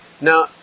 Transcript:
Now